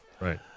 Right